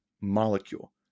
molecule